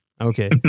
okay